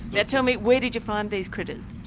yeah tell me, where did you find these critters?